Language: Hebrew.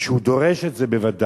וכשהוא דורש את זה בוודאי.